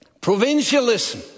provincialism